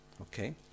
okay